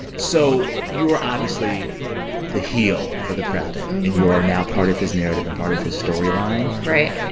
so you are obviously the heel for the president. and you are now part of his narrative and part of his storyline right